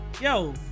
yo